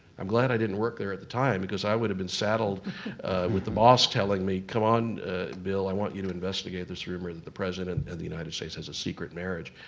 i'm glad i didn't work there at the time, because i would've been saddled with the boss telling me, come on bill. i want you to investigate this rumor that the president of the united states has a secret marriage.